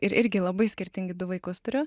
ir irgi labai skirtingi du vaikus turiu